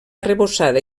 arrebossada